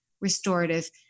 restorative